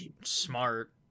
smart